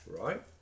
right